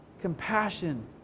compassion